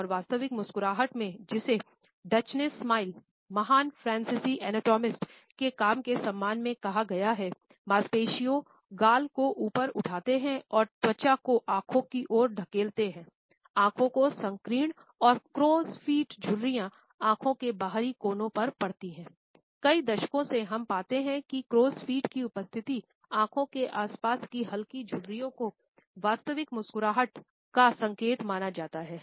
और वास्तविक मुस्कुराहट में जिसे ड्यूचेन इस्माइल की उपस्थिति आंखों के आसपास की हल्की झुर्रियों को वास्तविक मुस्कुराहट का संकेत माना जाता है